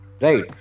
Right